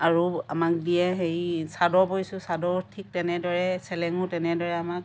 আৰু আমাক দিয়ে হেৰি চাদৰ বৈছোঁ চাদৰো ঠিক তেনেদৰে চেলেঙো তেনেদৰে আমাক